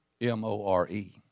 M-O-R-E